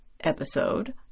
episode